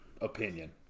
opinion